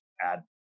add